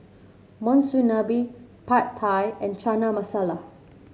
Monsunabe Pad Thai and Chana Masala